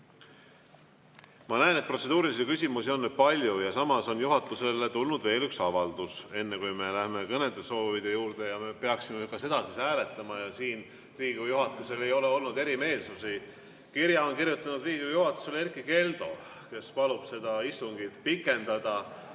Ma näen, et protseduurilisi küsimusi on nüüd palju ja samas on juhatusele tulnud veel üks avaldus. Enne kui me läheme kõnesoovide juurde, me peaksime seda hääletama. Ja siin Riigikogu juhatusel ei ole olnud erimeelsusi. Kirja Riigikogu juhatusele on kirjutatud Erkki Keldo, kes palub seda istungit pikendada,